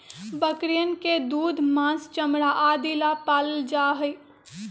बकरियन के दूध, माँस, चमड़ा आदि ला पाल्ल जाहई